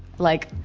like,